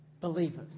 believers